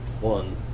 one